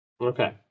Okay